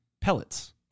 pellets